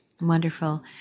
wonderful